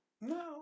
No